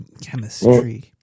Chemistry